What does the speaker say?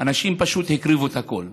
אנשים פשוט הקריבו את הכול.